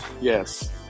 Yes